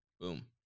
Boom